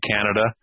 Canada